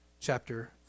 chapter